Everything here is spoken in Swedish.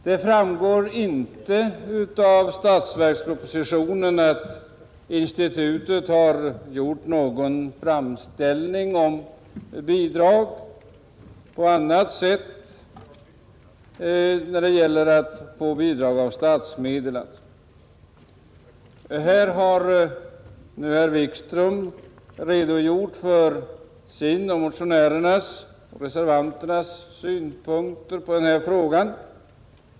Det framgår inte av statsverkspropositionen att institutet har gjort någon framställning om bidrag på annat sätt när det gäller att få bidrag av statsmedel. Här har nu herr Wikström redogjort för sina och reservanternas synpunkter på denna fråga.